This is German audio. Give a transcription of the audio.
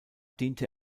diente